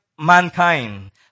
mankind